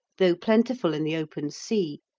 though plentiful in the open sea,